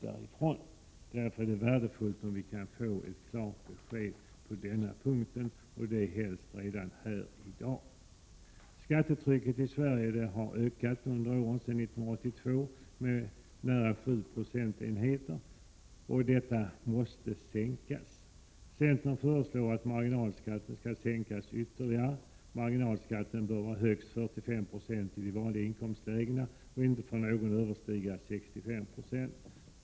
Därför är det värdefullt om vi kan få ett klart besked på denna punkt och det helst redan i dag. Skattetrycket i Sverige har ökat under åren sedan 1982 med nära sju procentenheter och måste sänkas. Centern föreslår att marginalskatten sänks ytterligare. Marginalskatten bör vara högst 45 96 ide vanligaste inkomstlägena och inte för någon överstiga 65 96.